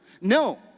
No